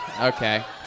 okay